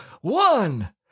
one